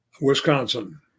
Wisconsin